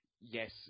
yes